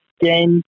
game